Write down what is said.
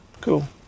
Cool